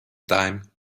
time